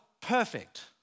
perfect